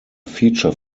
feature